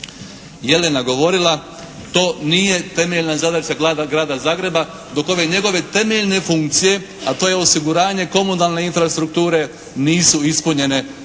Jelena govorila to nije temeljna zadaća grada Zagreba dok ove njegove temeljne funkcije a to je osiguranje komunalne infrastrukture nisu ispunjene.